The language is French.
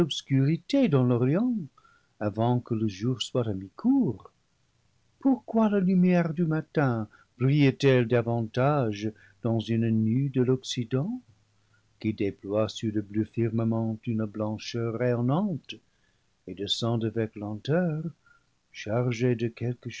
curité dans l'orient avant que le jour soit à mi cours pourquoi la lumière du matin brille t elle davantage dans une nue de l'occident qui déploie sur le bleu firmament une blancheur rayonnante et descend avec lenteur chargée de quelque